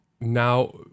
Now